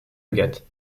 agathe